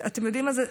אתם יודעים מה?